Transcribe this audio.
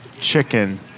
Chicken